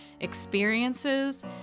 experiences